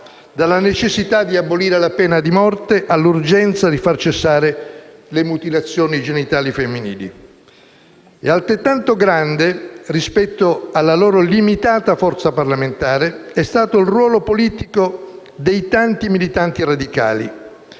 dalla necessità di abolire la pena di morte all'urgenza di far cessare le mutilazioni genitali femminili. Altrettanto grande, rispetto alla loro limitata forza parlamentare, è stato il ruolo politico dei tanti militanti radicali